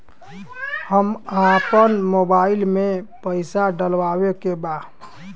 हम आपन मोबाइल में पैसा डलवावे के बा?